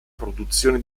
produzione